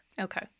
Okay